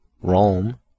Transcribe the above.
Rome